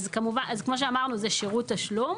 אז כמובן, כמו שאמרנו, זה שירות תשלום.